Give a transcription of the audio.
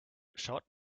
schaut